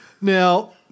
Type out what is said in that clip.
Now